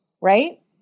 right